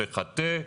לחטא,